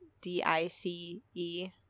D-I-C-E